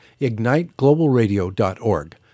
IgniteGlobalRadio.org